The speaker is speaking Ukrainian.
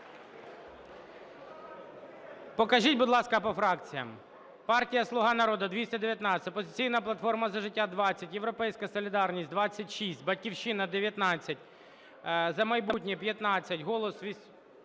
Покажіть, будь ласка, по фракціям. Партія "Слуга народу" – 219, "Опозиційна платформа - За життя" – 20, "Європейська солідарність" – 26, "Батьківщина" – 19, "За майбутнє" – 15, "Голос" –